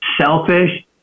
selfish